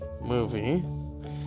movie